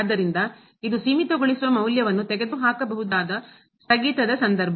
ಆದ್ದರಿಂದ ಇದು ಸೀಮಿತಗೊಳಿಸುವ ಮೌಲ್ಯವನ್ನು ತೆಗೆದುಹಾಕಬಹುದಾದ ಸ್ಥಗಿತದ ಸಂದರ್ಭ